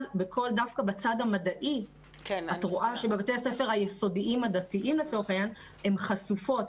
אבל דווקא בצד המדעי את רואה שבבתי הספר היסודיים הדתיים הן חשופות,